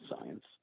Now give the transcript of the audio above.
science